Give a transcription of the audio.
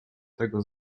tego